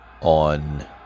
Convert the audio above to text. on